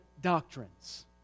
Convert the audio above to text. doctrines